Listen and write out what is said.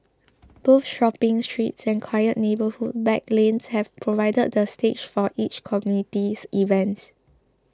both shopping strips and quiet neighbourhood back lanes have provided the stage for such communities events